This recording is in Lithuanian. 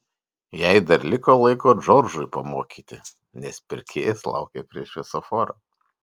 jai dar liko laiko džordžui pamokyti nes pirkėjas laukė prie šviesoforo